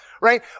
Right